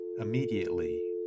Immediately